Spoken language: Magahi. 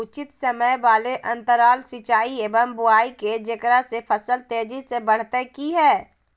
उचित समय वाले अंतराल सिंचाई एवं बुआई के जेकरा से फसल तेजी से बढ़तै कि हेय?